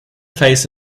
face